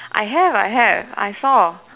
I have I have I saw